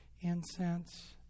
incense